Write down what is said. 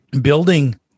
building